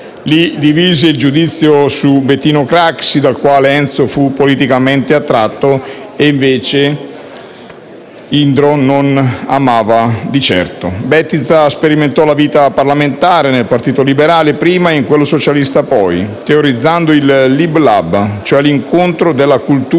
Li divise il giudizio su Bettino Craxi, dal quale Enzo fu politicamente attratto e invece Indro non amava di certo. Bettiza sperimento la vita parlamentare nel Partito liberale prima e in quello socialista poi, teorizzando il lib-lab, cioè l'incontro della cultura